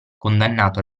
condannato